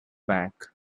back